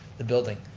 the building,